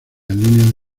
línea